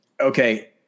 Okay